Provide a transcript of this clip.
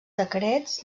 decrets